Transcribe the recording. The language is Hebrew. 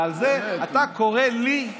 ועל זה אתה קורא לי,